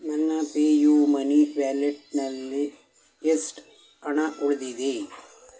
ನನ್ನ PayU Money ವ್ಯಾಲೆಟ್ನಲ್ಲಿ ಎಷ್ಟು ಹಣ ಉಳಿದಿದೆ